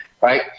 Right